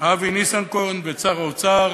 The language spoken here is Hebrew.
אבי ניסנקורן ואת שר האוצר.